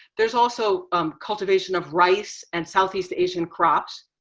there's also um cultivation of rice and southeast asian crops.